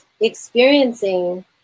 experiencing